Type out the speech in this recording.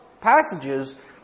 passages